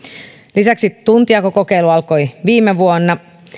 lisäksi tuntijakokokeilu alkoi viime vuonna